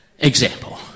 Example